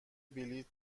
بلیط